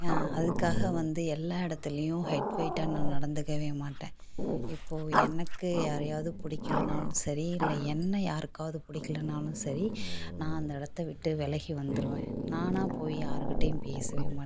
அதுக்காக வந்து எல்லா இடத்துலையும் ஹெட் வெய்ட்டாக நான் நடத்துக்கவே மாட்டேன் இப்போது எனக்கு யாரையாவது பிடிக்கலானாலும் சரி இல்லை என்னை யாருக்காவது பிடிக்கலானாலும் சரி நான் அந்த இடத்த விட்டு விலகி வந்துடுவேன் நானாக போய் யார்கிட்டையும் பேசவே மாட்டேன்